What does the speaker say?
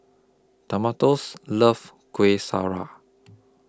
Demetrios loves Kuih Syara